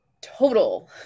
total